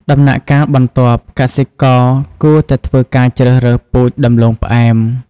ដំណាក់កាលបន្ទាប់ កសិករគួរតែធ្វើការជ្រើសរើសពូជដំឡូងផ្អែម។